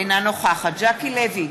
אינה נוכחת ז'קי לוי,